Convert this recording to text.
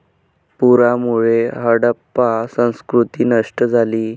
पुरामुळे हडप्पा संस्कृती नष्ट झाली